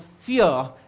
fear